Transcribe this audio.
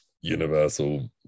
universal